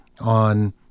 on